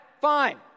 Fine